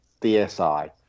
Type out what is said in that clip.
DSI